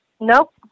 Nope